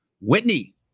Whitney